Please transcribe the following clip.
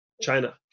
China